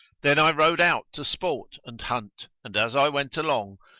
then i rode out to sport and hunt and, as i went along,